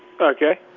Okay